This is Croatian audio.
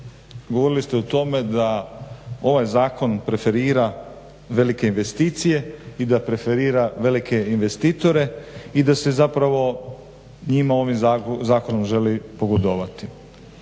govorili ste o tome da ovaj zakon preferira velike investicije i da preferira velike investitore i da se zapravo njima ovim zakonom želi pogodovati.